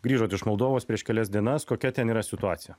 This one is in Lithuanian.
grįžot iš moldovos prieš kelias dienas kokia ten yra situacija